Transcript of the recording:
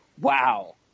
wow